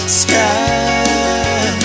sky